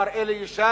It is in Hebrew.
מר אלי ישי,